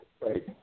right